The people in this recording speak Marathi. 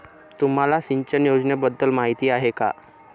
तुम्हाला सिंचन योजनेबद्दल माहिती आहे का?